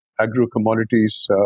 agro-commodities